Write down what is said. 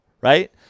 right